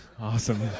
Awesome